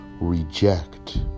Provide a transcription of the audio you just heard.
reject